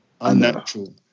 unnatural